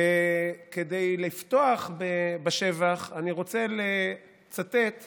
וכדי לפתוח בשבח, אני רוצה לצטט